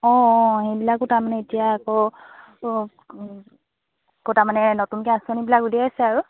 অঁ অঁ সেইবিলাকো তাৰমানে এতিয়া আকৌ আকৌ তাৰমানে নতুনকৈ আঁচনিবিলাক উলিয়াইছে আৰু